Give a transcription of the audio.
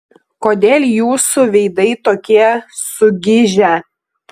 kodėl jūsų veidai tokie sugižę